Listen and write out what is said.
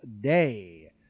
day